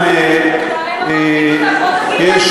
בוא תגיד את האמת לציבור, למה אתה לא מרחיק אותם?